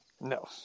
No